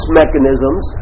mechanisms